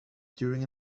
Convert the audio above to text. during